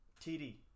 TD